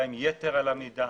אבל,